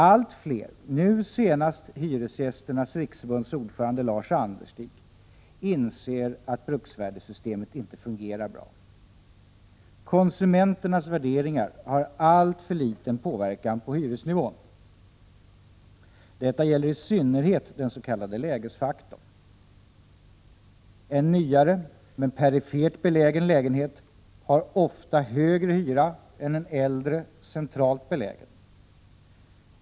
Allt fler, nu senast Hyresgästernas riksförbunds ordförande Lars Anderstig, inser att bruksvärdessystemet inte fungerar bra. Konsumenternas värderingar har alltför liten påverkan på hyresnivån. Detta gäller i synnerhet den s.k. lägesfaktorn. En nyare men perifert belägen lägenhet har ofta högre hyra än en äldre, centralt belägen.